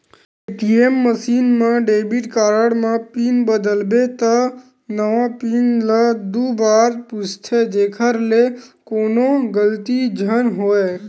ATM machine म debit card म PIN बदलबे त नवा पिन ल दू बार पूछथे जेखर ले कोनो गलती झन होवय